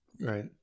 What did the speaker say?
right